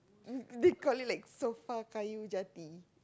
mm we call it like sofa kayu jati